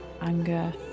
anger